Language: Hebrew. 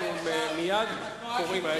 אנחנו מייד קוראים לשר.